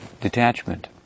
detachment